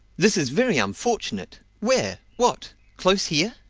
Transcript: this is very unfortunate! where? what! close here?